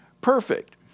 perfect